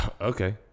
Okay